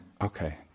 okay